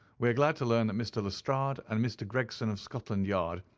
we are glad to learn that mr. lestrade and mr. gregson, of scotland yard,